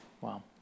Wow